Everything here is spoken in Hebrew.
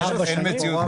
אין מציאות כזאת.